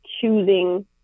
choosing